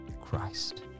Christ